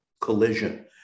collision